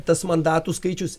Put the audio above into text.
tas mandatų skaičius